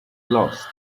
lost